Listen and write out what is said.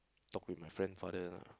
talk with my friend father lah